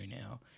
now